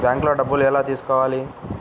బ్యాంక్లో డబ్బులు ఎలా తీసుకోవాలి?